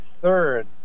third